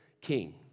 king